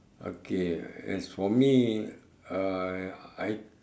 okay as for me uh I